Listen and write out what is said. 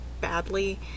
badly